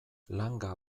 langa